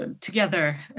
together